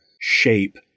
shape